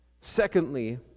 secondly